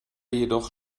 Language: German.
jedoch